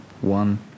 one